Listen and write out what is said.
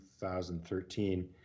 2013